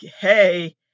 hey